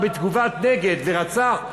בתגובת נגד ורצח,